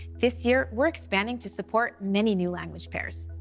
this year we're expanding to support many new language pairs.